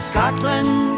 Scotland